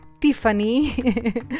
Tiffany